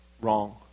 wrong